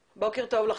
בוקר טוב לך,